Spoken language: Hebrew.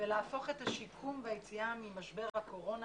ולהפוך את השיקום והיציאה ממשבר הקורונה